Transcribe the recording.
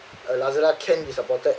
uh lazada can can be supported